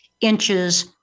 inches